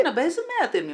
ארנה, באיזה מאה אתם נמצאים?